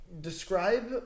describe